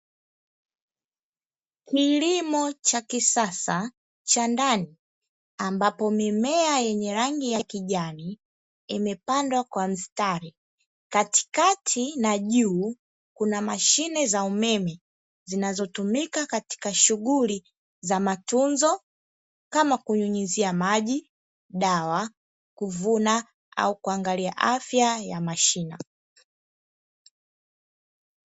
Kilimo cha kisasa cha ndani ambapo mimea yenye rangi ya kijani imepandwa kwa mstari katikati na juu kuna mashine za umeme zinazotumika katika shughuli za matunzo kama kunyunyizia maji, dawa, kuvuna au kuangalia afya ya mashina.